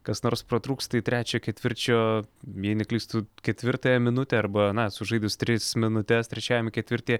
kas nors pratrūksta į trečio ketvirčio jei neklystu ketvirtąją minutę arba na sužaidus tris minutes trečiajame ketvirtyje